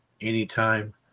anytime